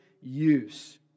use